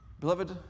Beloved